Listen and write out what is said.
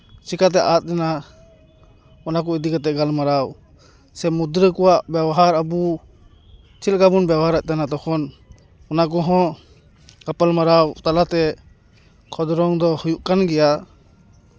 ᱪᱤᱠᱟᱛᱮ ᱟᱫ ᱮᱱᱟ ᱚᱱᱟ ᱠᱚ ᱤᱫᱤ ᱠᱟᱛᱮ ᱜᱟᱞᱢᱟᱨᱟᱣ ᱥᱮ ᱢᱩᱫᱽᱨᱟᱹ ᱠᱚᱣᱟᱜ ᱵᱮᱵᱚᱦᱟᱨ ᱟᱵᱚ ᱪᱮᱫ ᱞᱮᱠᱟ ᱵᱚᱱ ᱵᱮᱵᱚᱦᱟᱨᱮᱛ ᱛᱟᱦᱮᱱᱟ ᱛᱚᱠᱷᱚᱱ ᱚᱱᱟ ᱠᱚᱦᱚᱸ ᱜᱟᱯᱟᱞᱢᱟᱨᱟᱣ ᱛᱟᱞᱟᱛᱮ ᱠᱷᱚᱸᱫᱽᱨᱚᱱ ᱫᱚ ᱦᱩᱭᱩᱜ ᱠᱟᱱ ᱜᱮᱭᱟ